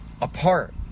apart